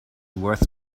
worth